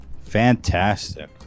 Fantastic